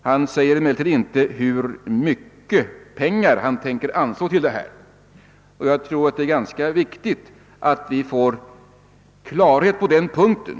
Han säger emellertid inte hur mycket pengar han avser att använda för detta ändamål. Jag tror att det är ganska viktigt att vi får klarhet på den punkten.